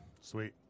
Sweet